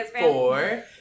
four